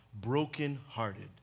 brokenhearted